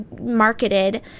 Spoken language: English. marketed